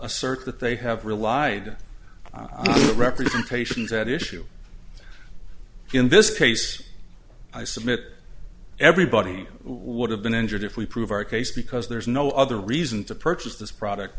t that they have relied on representations that issue in this case i submit everybody would have been injured if we prove our case because there's no other reason to purchase this product